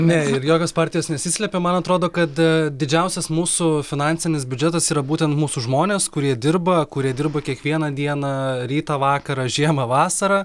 ne ir jokios partijos nesislepia man atrodo kad didžiausias mūsų finansinis biudžetas yra būtent mūsų žmonės kurie dirba kurie dirba kiekvieną dieną rytą vakarą žiemą vasarą